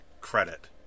credit